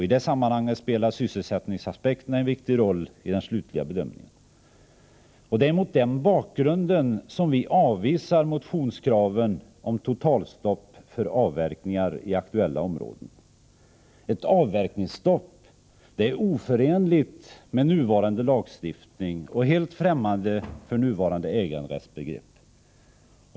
I det sammanhanget spelar sysselsättningsaspekterna en viktig roll i den slutliga bedömningen. Det är mot denna bakgrund som vi avvisar motionskravet på totalstopp för avverkningar i aktuella områden. Ett avverkningsstopp är oförenligt med nuvarande lagstiftning och helt främmande för nuvarande äganderättsbegrepp.